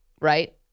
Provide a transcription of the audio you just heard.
right